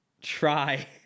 try